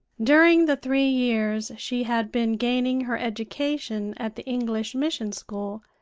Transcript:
during the three years she had been gaining her education at the english mission-school,